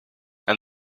and